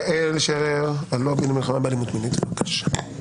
יעל שרר, הלובי למלחמה באלימות מינית, בבקשה.